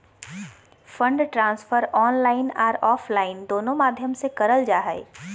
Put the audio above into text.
fund transfer online आर offline दोनों माध्यम से करल जा हय